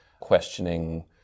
questioning